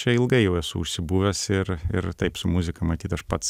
čia ilgai jau esu užsibuvęs ir ir taip su muzika matyt aš pats